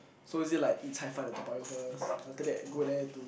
so is it like eat cai-fan at Toa-Payoh first after that go there to